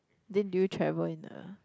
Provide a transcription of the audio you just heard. then do you travel in the